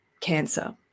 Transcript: cancer